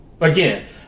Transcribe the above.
again